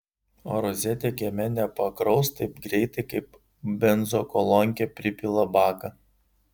o rozetė kieme nepakraus taip greitai kaip benzokolonkė pripila baką